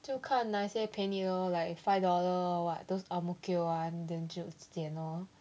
就看哪一些便宜 lor like five dollar or what those ang mo kio one then 就剪哦